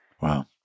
Wow